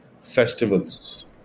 festivals